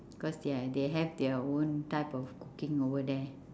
cause they are they have their own type of cooking over there